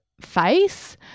face